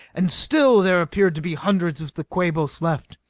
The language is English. and still there appeared to be hundreds of the quabos left.